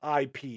IP